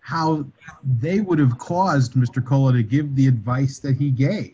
how they would have caused mr cole to give the advice that he ga